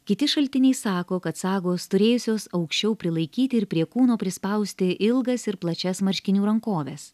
kiti šaltiniai sako kad sagos turėjusios aukščiau prilaikyti ir prie kūno prispausti ilgas ir plačias marškinių rankoves